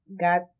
got